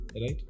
right